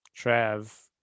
Trav